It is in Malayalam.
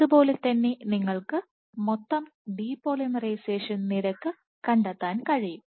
ഇതുപോലെതന്നെ നിങ്ങൾക്ക് മൊത്തം ഡിപോളിമറൈസേഷൻ നിരക്ക് കണ്ടെത്താൻ കഴിയും